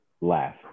laugh